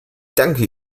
danke